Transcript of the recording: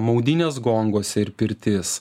maudynės gonguose ir pirtis